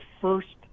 first